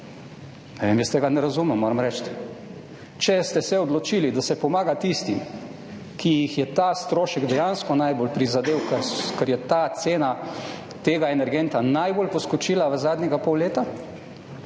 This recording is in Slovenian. Ne vem, jaz tega ne razumem, moram reči. Če ste se odločili, da se pomaga tistim, ki jih je ta strošek dejansko najbolj prizadel, ker je ta cena tega energenta najbolj poskočila v zadnjega pol leta,